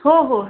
हो हो